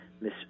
Miss